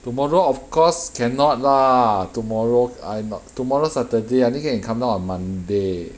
tomorrow of course cannot lah tomorrow I not tomorrow saturday I only can come down on monday